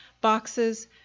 boxes